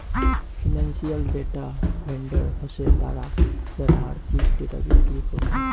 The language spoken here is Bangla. ফিনান্সিয়াল ডেটা ভেন্ডর হসে তারা যারা আর্থিক ডেটা বিক্রি করাং